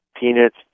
peanuts